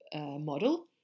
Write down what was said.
model